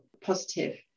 positive